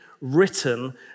written